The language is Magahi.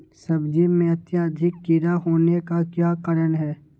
सब्जी में अत्यधिक कीड़ा होने का क्या कारण हैं?